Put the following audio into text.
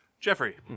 Jeffrey